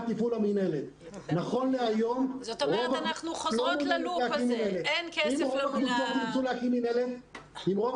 אז אנחנו חוזרת ללופ הזה שאין כסף --- אם רוב